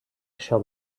shall